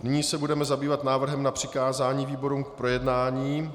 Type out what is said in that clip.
Nyní se budeme zabývat návrhem na přikázání výborům k projednání.